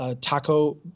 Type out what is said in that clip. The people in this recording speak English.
Taco